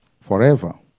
forever